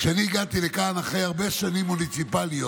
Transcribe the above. כשאני הגעתי לכאן אחרי הרבה שנים מוניציפליות,